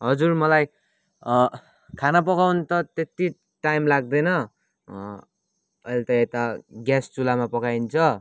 हजुर मलाई खाना पकाउनु त त्यति टाइम लाग्दैन अहिले त यता ग्यास चुलामा पकाइन्छ